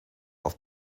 auf